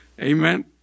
Amen